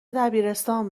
دبیرستان